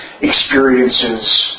experiences